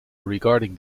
regarding